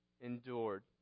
endured